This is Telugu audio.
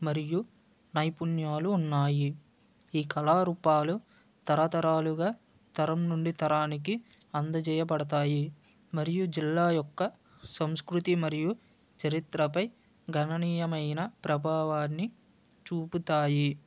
మరియు నైపుణ్యాలు ఉన్నాయి ఈ కళారూపాలు తరతరాలుగా తరము నుండి తరానికి అందచేయబడతాయి మరియు జిల్లా యొక్క సంస్కృతి మరియు చరిత్రపై గణనీయమైన ప్రభావాన్ని చూపుతాయి